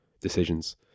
decisions